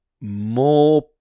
more